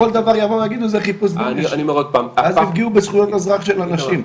כל דבר יגידו זה חיפוש --- ואז יפגעו בזכויות אזרח של אנשים.